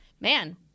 man